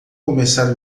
começar